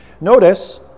Notice